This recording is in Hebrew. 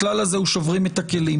הכלל הזה הוא שוברים את הכלים.